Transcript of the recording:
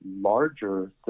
larger